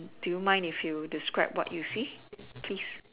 do you mind if you describe what you see please